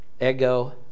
ego